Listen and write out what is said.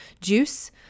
juice